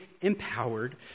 empowered